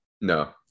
No